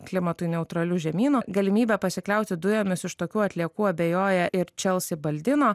klimatui neutraliu žemynu galimybe pasikliauti dujomis iš tokių atliekų abejoja ir čelsi baldino